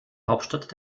hauptstadt